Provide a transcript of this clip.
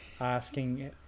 asking